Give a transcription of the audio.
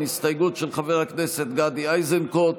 הסתייגות של חבר הכנסת גדי איזנקוט,